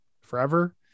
forever